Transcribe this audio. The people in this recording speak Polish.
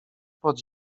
pod